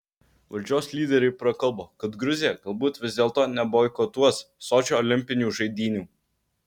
valdžios lyderiai prakalbo kad gruzija galbūt vis dėlto neboikotuos sočio olimpinių žaidynių